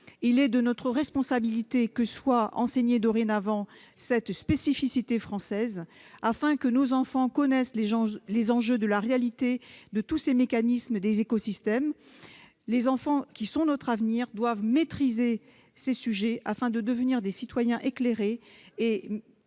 Il est de notre responsabilité que soit enseignée, dorénavant, cette spécificité française, afin que nos enfants connaissent les enjeux de la réalité de tous les mécanismes des écosystèmes. Les enfants, qui sont notre avenir, doivent maîtriser ces sujets afin de devenir des citoyens éclairés et